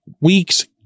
week's